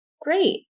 great